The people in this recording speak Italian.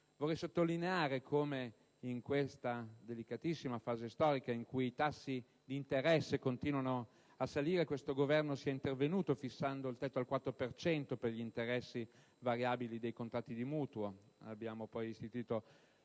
Vorrei sottolineare come in una delicatissima fase storica in cui i tassi di interesse continuavano a salire, questo Governo sia intervenuto fissando il tetto al 4 per cento per gli interessi variabili dei contratti di mutuo. Abbiamo poi istituito